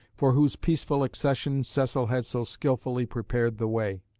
for whose peaceful accession cecil had so skilfully prepared the way.